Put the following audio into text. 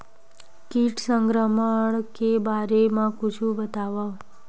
कीट संक्रमण के बारे म कुछु बतावव?